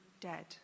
dead